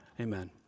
amen